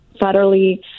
federally